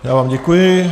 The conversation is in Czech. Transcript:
Já vám děkuji.